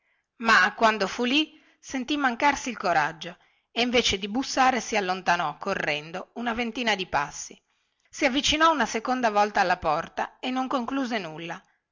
ma quando fu lì sentì mancarsi il coraggio e invece di bussare si allontanò correndo una ventina di passi si avvicinò una seconda volta alla porta e non concluse nulla